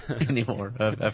Anymore